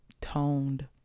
toned